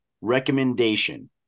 recommendation